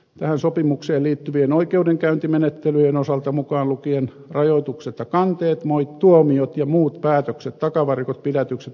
tähän sopimukseen liittyvien oikeudenkäyntimenettelyjen osalta mukaan lukien rajoituksetta kanteet muit tuomiot ja muut päätökset takavarikot pidätykset